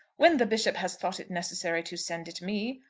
when the bishop has thought it necessary to send it me,